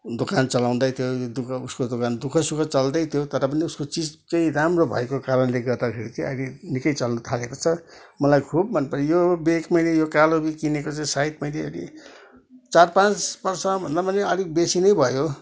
दोकान चलाउँदैथ्यो उसको दोकान दु ख सुख चल्दैथ्यो तर पनि उसको चिज चाहिँ राम्रो भएको कारणले गर्दाखेरि चाहिँ अहिले निकै चल्नु थालेको छ मलाई खुब मनपऱ्यो यो ब्याग मैले यो कालो ब्याग किनेको चाहिँ सायद मैले चार पाँच बर्ष भन्दा पनि अलिक बेसी नै भयो